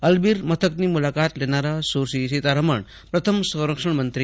અલબીરમથકનીમુલાકાત લેનાર સુશ્રી સીતારમણ પ્રથમ સંરક્ષણમંત્રી છે